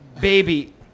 baby